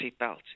seatbelt